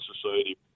society